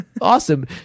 Awesome